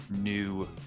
new